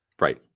Right